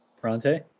Bronte